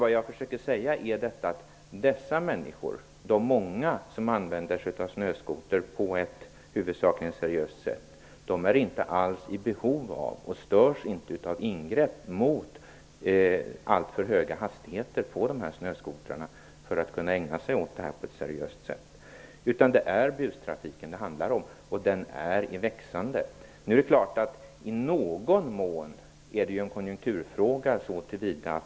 Vad jag försöker säga är att dessa många människor som använder snöskoter på ett huvudsakligen seriöst sätt inte alls är i behov av eller störs av ingrepp mot alltför höga hastigheter på snöskotrarna. Det är bustrafiken som blir berörd. Den är i växande. I någon mån är det en konjunkturfråga.